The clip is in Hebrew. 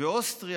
ואוסטריה,